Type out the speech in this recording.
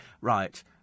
right